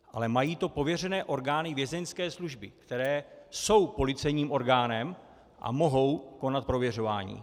Ale mají to pověřené orgány Vězeňské služby, které jsou policejním orgánem a mohou konat prověřování.